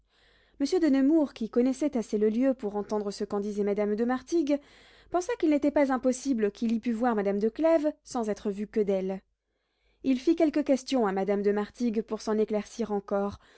monsieur de nemours qui connaissait assez le lieu pour entendre ce qu'en disait madame de martigues pensa qu'il n'était pas impossible qu'il y pût voir madame de clèves sans être vu que d'elle il fit quelques questions à madame de martigues pour s'en éclaircir encore